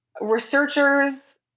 researchers